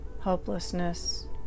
hopelessness